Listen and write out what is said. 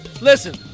listen